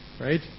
Right